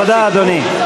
תודה, אדוני.